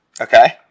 Okay